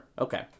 okay